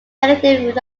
negative